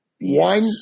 one